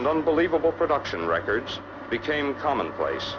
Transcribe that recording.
unbelievable production records became commonplace